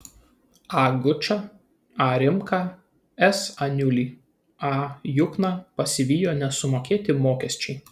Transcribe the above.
a gučą a rimką s aniulį a jukną pasivijo nesumokėti mokesčiai